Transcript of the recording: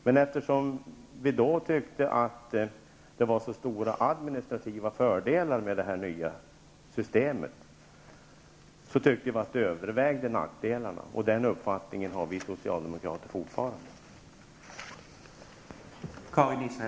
Vi tyckte då att det var så stora administrativa fördelar med det här systemet att de övervägde nackdelarna. Den uppfattningen har vi socialdemokrater fortfarande.